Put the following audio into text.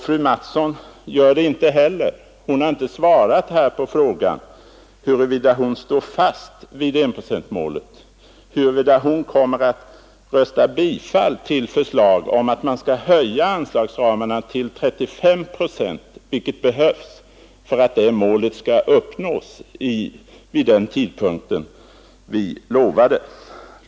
Fröken Mattson gör det inte heller — hon har inte svarat på frågan, huruvida hon står fast vid enprocentsmålet och huruvida hon kommer att rösta för bifall till vårt förslag om att vidga anslagsramarna till 35 procent. Det är detta som behövs för att det målet skall uppnås vid den tidpunkt vi lovat.